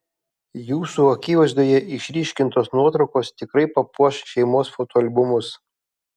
jūsų akivaizdoje išryškintos nuotraukos tikrai papuoš šeimos fotoalbumus